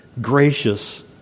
gracious